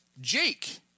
Jake